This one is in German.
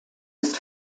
ist